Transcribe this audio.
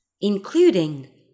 including